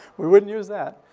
we wouldn't use that.